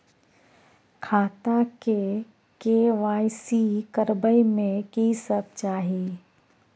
खाता के के.वाई.सी करबै में की सब चाही?